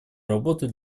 работы